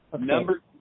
Number